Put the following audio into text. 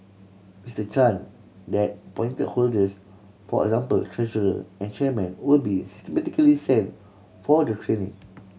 Mister Chan that appoint holders for example treasurer and chairmen will be systematically sent for the training